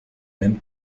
même